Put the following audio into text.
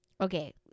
Okay